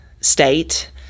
state